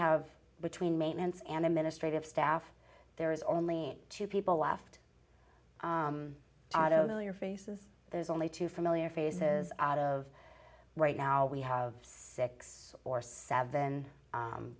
have between maintenance and administrative staff there's only two people left i don't know your faces there's only two familiar faces out of right now we have six or seven